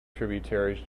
tributaries